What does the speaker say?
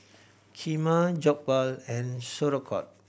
Kheema Jokbal and Sauerkraut